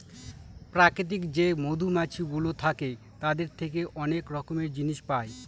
প্রাকৃতিক যে মধুমাছিগুলো থাকে তাদের থেকে অনেক রকমের জিনিস পায়